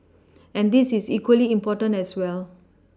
and this is equally important as well